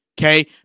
Okay